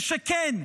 ושכן,